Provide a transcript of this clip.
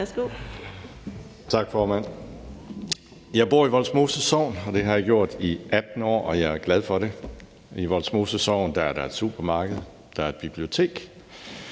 (DF): Tak, formand. Jeg bor i Vollsmose Sogn; det har jeg gjort i 18 år, og jeg er glad for det. I Vollsmose Sogn er der et supermarked, der er et bibliotek,